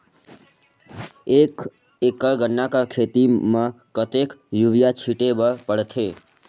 एक एकड़ गन्ना कर खेती म कतेक युरिया छिंटे बर पड़थे?